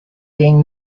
being